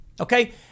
okay